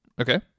Okay